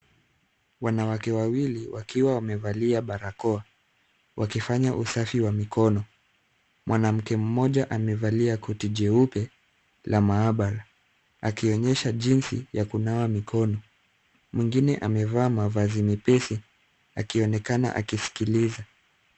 Wanawake wawili wakiwa wamevalia barakoa wakifanya usafi wa mikono. Mwanamke mmoja amevalia koti jeupe la maabara akionyesha jinsi ya kunawa mikono. Mwingine amevaa mavazi mepesi akionekana akisikiliza.